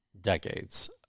decades